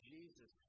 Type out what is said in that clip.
Jesus